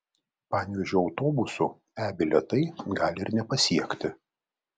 panevėžio autobusų e bilietai gali ir nepasiekti